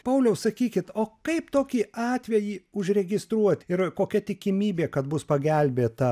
pauliau sakykit o kaip tokį atvejį užregistruot ir kokia tikimybė kad bus pagelbėta